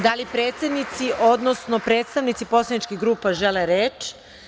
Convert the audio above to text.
Da li predsednici, odnosno predstavnici poslaničkih grupa, žele reč?